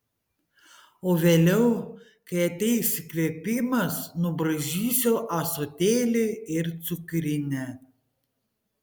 o vėliau kai ateis įkvėpimas nubraižysiu ąsotėlį ir cukrinę